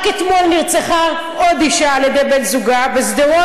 רק אתמול נרצחה עוד אישה על ידי בן זוגה, בשדרות.